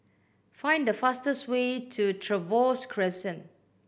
find the fastest way to Trevose Crescent